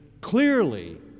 clearly